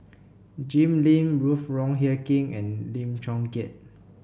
Jim Lim Ruth Wong Hie King and Lim Chong Keat